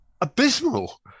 abysmal